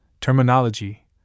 terminology